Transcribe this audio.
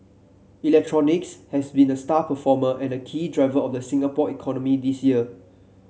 electronics has been a star performer and key driver of the Singapore economy this year